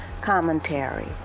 commentary